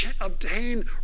obtain